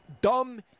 dumb